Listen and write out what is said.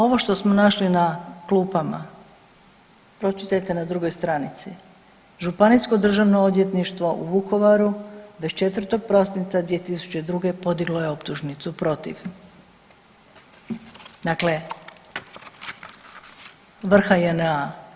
Ovo što smo našli na klupama, pročitajte na drugoj stranici, Županijsko državno odvjetništvo u Vukovaru 24. prosinca 2002. podiglo je optužnicu protiv dakle vrha JNA.